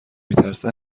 میترسه